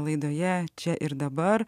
laidoje čia ir dabar